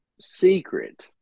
secret